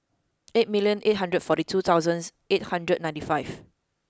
eight million eight hundred forty two thousand eight hundred ninety five